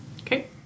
Okay